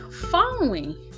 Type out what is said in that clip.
following